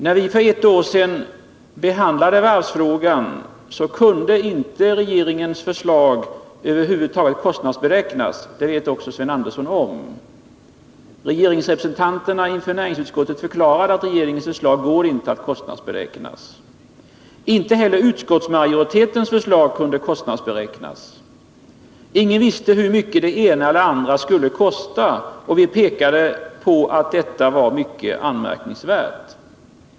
När vi för ett år sedan behandlade varvsfrågan kunde regeringens förslag över huvud taget inte kostnadsberäknas. Det vet också Sven Andersson om. Regeringens representanter förklarade inför näringsutskottet att regeringens förslag inte gick att kostnadsberäkna. Inte heller utskottsmajoritetens förslag kunde kostnadsberäknas. Ingen visste hur mycket det ena eller det andra skulle komma att kosta. Vi pekade på att detta var mycket anmärkningsvärt.